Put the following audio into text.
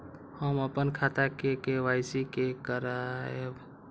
हम अपन खाता के के.वाई.सी के करायब?